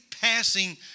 passing